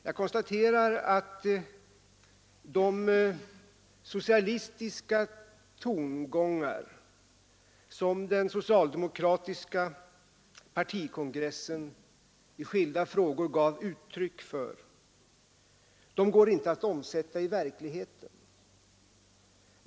Jag konstaterar också att de socialistiska tongångar som den socialdemokratiska partikongressen i skilda frågor gav uttryck för inte går att omsätta i verkligheten.